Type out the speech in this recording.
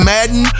Madden